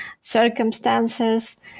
circumstances